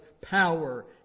power